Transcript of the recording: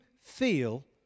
feel